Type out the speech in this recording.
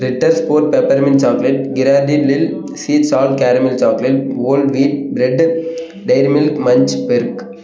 ரிட்டர் sport pepper milk chocolate க்ராடி lil sea salt caramel chocolate whole wheat bread dairy milk munch பெர்க்